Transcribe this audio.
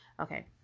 okay